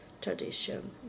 tradition